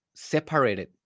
separated